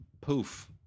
poof